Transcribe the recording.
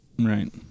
Right